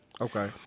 Okay